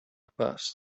past